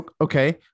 Okay